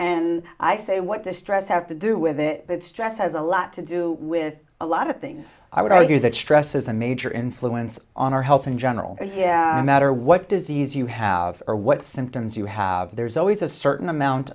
and i say what distress have to do with it it's just has a lot to do with a lot of things i would argue that stress is a major influence on our health in general yeah matter what disease you have or what symptoms you have there's always a certain amount